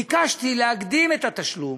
ביקשתי להקדים את התשלום,